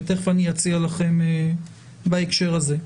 ותכף אני אציע לכם משהו בהקשר הזה.